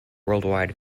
worldwide